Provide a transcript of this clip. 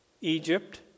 Egypt